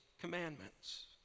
commandments